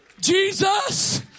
Jesus